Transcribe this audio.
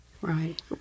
Right